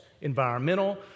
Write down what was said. environmental